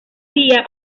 día